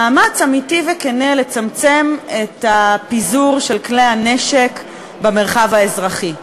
מאמץ אמיתי וכן לצמצם את הפיזור של כלי הנשק במרחב האזרחי,